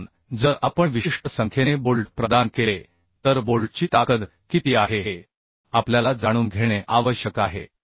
म्हणून जर आपण विशिष्ट संख्येने बोल्ट प्रदान केले तर बोल्टची ताकद किती आहे हे आपल्याला जाणून घेणे आवश्यक आहे